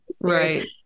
right